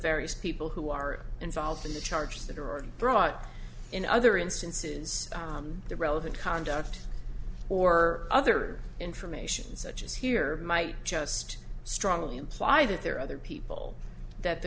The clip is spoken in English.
various people who are involved in the charges that are brought in other instances the relevant conduct or other nations such as here might just strongly imply that there are other people that the